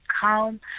calm